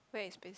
very expensive